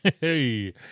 hey